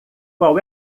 qual